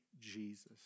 Jesus